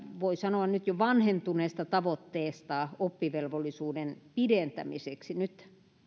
voi sanoa nyt jo vanhentuneesta tavoitteesta oppivelvollisuuden pidentämiseksi nyt